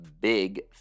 big